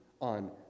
on